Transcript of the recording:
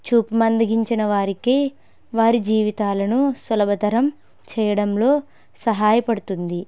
చూపు మందగించిన వారికి వారి జీవితాలను సులభతరం చేయడంలో సహాయపడుతుంది